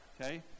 Okay